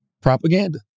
propaganda